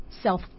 self